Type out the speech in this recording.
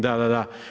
Da, da, da.